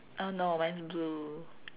oh no mine's blue